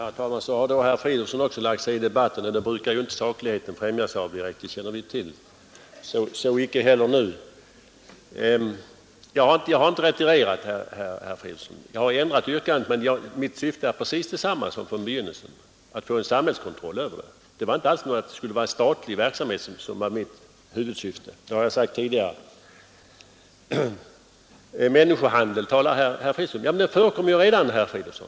Herr talman! Så har då även herr Fridolfsson i Stockholm gått in i debatten. Vi känner sedan tidigare till att sakligheten inte brukar främjas av detta, och så har inte heller skett nu. Jag har inte retirerat, herr Fridolfsson. Jag har ändrat mitt yrkande men mitt syfte är precis detsamma som det var från begynnelsen, nämligen att få en samhällelig kontroll över verksamheten. Mitt huvudsyfte var inte alls att få till stånd en statlig verksamhet. Det har jag sagt tidigare. Herr Fridolfsson talade om människohandel. Ja, men den förekommer redan, herr Fridolfsson.